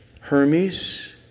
Hermes